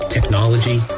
Technology